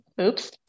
Oops